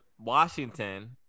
Washington